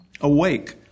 Awake